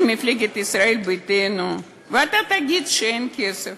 של מפלגת ישראל ביתנו, ואתה תגיד שאין כסף,